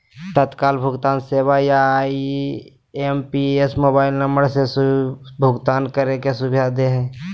तत्काल भुगतान सेवा या आई.एम.पी.एस मोबाइल नम्बर से भुगतान करे के सुविधा दे हय